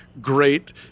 great